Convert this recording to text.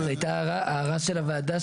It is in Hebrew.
זאת היתה הערה של הוועדה,